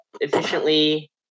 efficiently